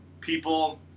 people